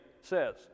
says